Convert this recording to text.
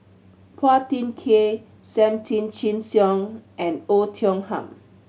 Phua Thin Kiay Sam Tan Chin Siong and Oei Tiong Ham